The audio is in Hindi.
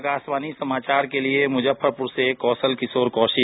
आकाशवाणी समाचार के लिए मुजफ्फरपुर से कौशल किशोर कौशिक